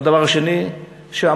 הדבר השני שאמרנו,